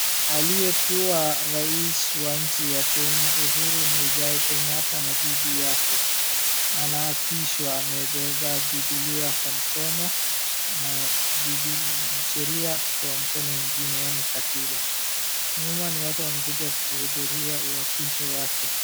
Aliyekuwa rais wa nchi ya Kenya Uhuru Muigai Kenyatta na bibi yake anaapishwa. Amebeba Bibilia kwa mkono na Bibilia na sheria kwa mkono mwingine yaani katiba. Nyuma ni watu wamekuja kuhudhuria uapisho wake.